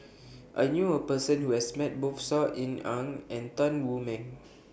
I knew A Person Who has Met Both Saw Ean Ang and Tan Wu Meng